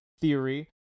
Theory